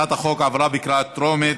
הצעת החוק עברה בקריאה טרומית,